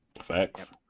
Facts